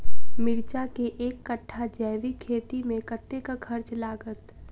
मिर्चा केँ एक कट्ठा जैविक खेती मे कतेक खर्च लागत?